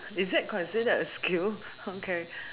is that considered a skill okay